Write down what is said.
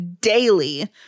daily